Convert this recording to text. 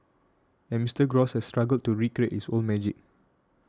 and Mister Gross has struggled to recreate its old magic